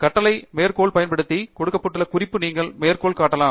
கட்டளை மேற்கோளைப் பயன்படுத்தி கொடுக்கப்பட்ட குறிப்பை நீங்கள் மேற்கோள் காட்டலாம்